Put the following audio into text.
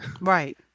Right